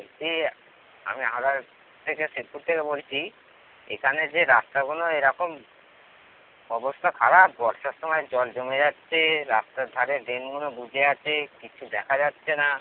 বলছি আমি হাওড়ার থেকে শিবপুর থেকে বলছি এখানে যে রাস্তাগুনো এরকম অবস্থা খারাপ বর্ষার সমায় জল জমে যাচ্ছে রাস্তার ধারে ড্রেনগুলো বুজে আছে কিচ্ছু দেখা যাচ্ছে না